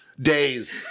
Days